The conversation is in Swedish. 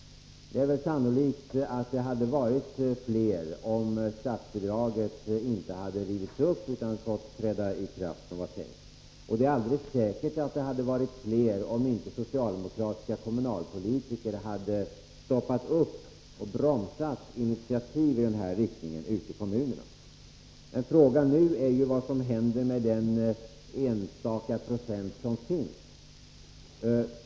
Det är sannolikt att det hade funnits fler platser, om förslaget om statsbidraget inte hade rivits upp utan fått träda i kraft på det sätt som var tänkt. Det är alldeles säkert att det hade varit fler platser om inte socialdemokratiska kommunalpolitiker hade stoppat upp och bromsat initiativ i den här riktningen ute i kommunerna. Frågan är nu vad som händer med den enstaka procent som finns.